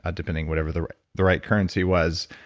ah depending whatever the right the right currency was.